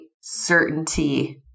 certainty